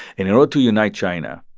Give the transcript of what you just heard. in order to unite china,